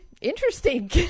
interesting